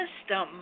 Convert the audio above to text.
system